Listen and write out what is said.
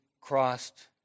crossed